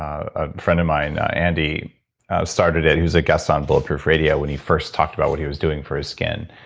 um a friend of mine andy started it. he was a guest on bulletproof radio when he first talked about what he was doing for his skin.